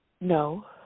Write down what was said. No